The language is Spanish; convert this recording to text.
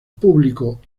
público